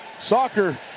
soccer